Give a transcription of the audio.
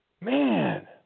Man